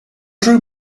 drew